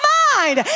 mind